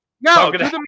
No